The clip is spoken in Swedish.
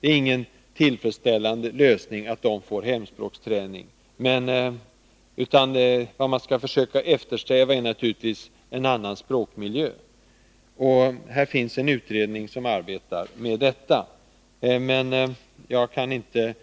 Det är ingen tillfredsställande lösning att de får hemspråksträning. Vad man skall eftersträva är naturligtvis en annan språkmiljö. Och det finns en utredning som arbetar med detta. Jag kan inte